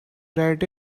write